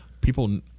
People